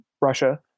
Russia